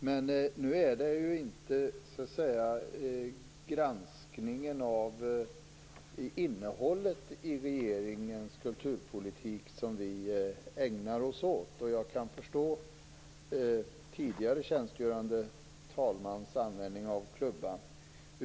Men nu ägnar vi oss inte åt granskningen av innehållet i regeringens kulturpolitik - jag kan förstå den tidigare tjänstgörande talmannens användning av klubban.